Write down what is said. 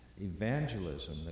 evangelism